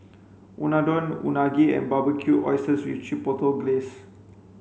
Unadon Unagi and Barbecued Oysters with Chipotle Glaze